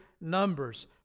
numbers